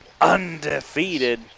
undefeated